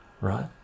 right